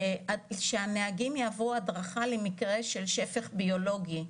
שהנהגים יעברו הדרכה למקרה של שפך ביולוגי.